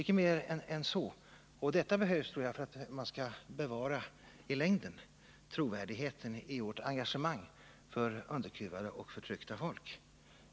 Detta tror jag behövs för att man i längden skall bevara trovärdigheten i vårt engagemang för underkuvade och förtryckta folk.